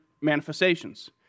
manifestations